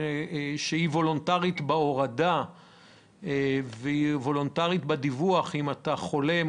שהיא וולונטרית בהורדה וולונטרית בדיווח אם אתה חולה,